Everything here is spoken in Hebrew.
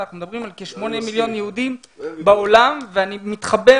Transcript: אנחנו מדברים על שמונה מיליון בעולם ואני מתחבר